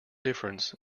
difference